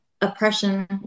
oppression